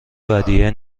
ودیعه